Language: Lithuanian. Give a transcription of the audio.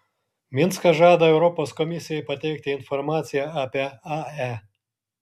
minskas žada europos komisijai pateikti informaciją apie ae